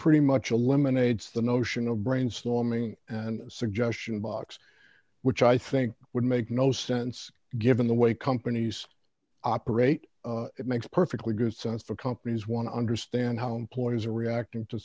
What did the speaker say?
pretty much a lemonades the notion of brainstorming and suggestion box which i think would make no sense given the way companies operate it makes perfectly good sense for companies want to understand how ploys are reacting to